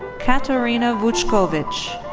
katarina vuckovic.